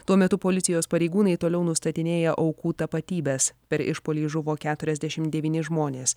tuo metu policijos pareigūnai toliau nustatinėja aukų tapatybes per išpuolį žuvo keturiasdešim devyni žmonės